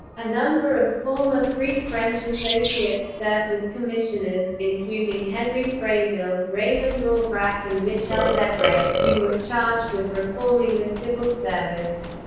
a number of former free french associates served as commissioners, including henri freville, raymond aubrac and michel debre, who was charged with reforming the civil service.